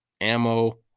ammo